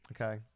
Okay